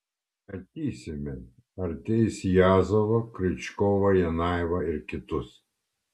matysime ar teis jazovą kriučkovą janajevą ir kitus